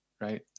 right